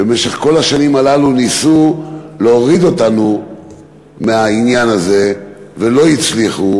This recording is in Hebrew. שבמשך כל השנים הללו ניסו להוריד אותנו מהעניין הזה ולא הצליחו.